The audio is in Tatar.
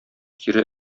кире